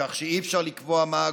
כך שאי-אפשר לקבוע מה הגורם,